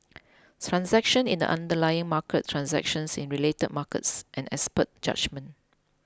transactions in the underlying market transactions in related markets and expert judgement